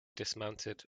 dismounted